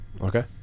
Okay